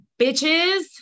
bitches